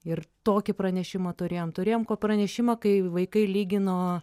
ir tokį pranešimą turėjom turėjom pranešimą kai vaikai lygino